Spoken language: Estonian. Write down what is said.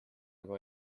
aga